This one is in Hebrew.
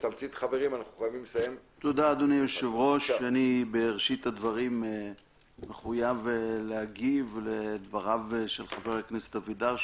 אני בראשית הדברים מחויב להגיב לדבריו של חבר הכנסת אבידר,